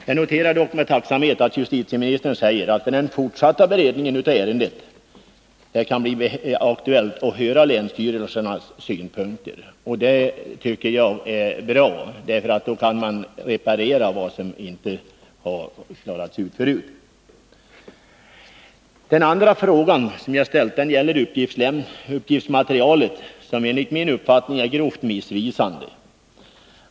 Jag noterar dock med tacksamhet att justitieministern säger att det vid den fortsatta beredningen av ärendet kan bli aktuellt att höra länsstyrelsernas synpunkter. Det tycker jag är bra, därför att man då kan reparera vad som inte tidigare har klarats ut. Den andra frågan som jag har ställt gäller uppgiftsmaterialet, som enligt min uppfattning är grovt missvisande.